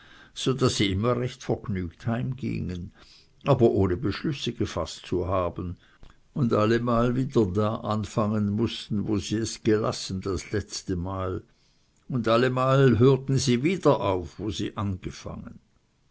so daß sie immer recht vergnügt heim gingen aber ohne beschlüsse gefaßt zu haben und allemal wieder da anfangen mußten wo sie es gelassen das letztemal und allemal hörten sie wieder auf wo sie angefangen